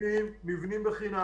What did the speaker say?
אלה אנשים שמקבלים מאיתנו מבנים בחינם.